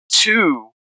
two